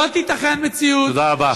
לא תיתכן מציאות, תודה רבה.